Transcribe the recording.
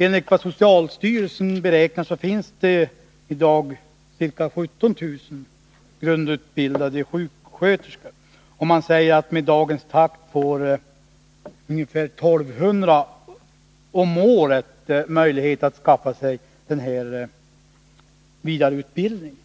Enligt vad socialstyrelsen beräknar finns det i dag ca 17 000 grundutbildade sjuksköterskor. Man säger att med dagens takt får ungefär 1200 sjuksköterskor om året möjlighet att skaffa'sig denna vidareutbildning.